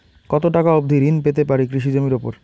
কত টাকা অবধি ঋণ পেতে পারি কৃষি জমির উপর?